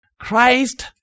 Christ